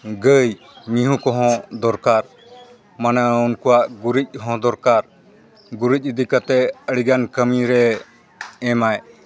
ᱜᱟᱹᱭ ᱢᱤᱦᱩ ᱠᱚᱦᱚᱸ ᱫᱚᱨᱠᱟᱨ ᱢᱟᱱᱮ ᱩᱱᱠᱩᱣᱟᱜ ᱜᱩᱨᱤᱡ ᱦᱚᱸ ᱫᱚᱨᱠᱟᱨ ᱜᱩᱨᱤᱡ ᱤᱫᱤ ᱠᱟᱛᱮᱫ ᱟᱹᱰᱤᱜᱟᱱ ᱠᱟᱹᱢᱤᱨᱮ ᱮᱢᱟᱭ